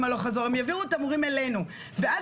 הלך חזור הם יעבירו את המורים אלינו ואז,